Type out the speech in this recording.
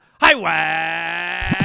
Highway